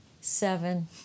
seven